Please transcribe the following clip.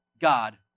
God